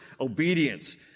obedience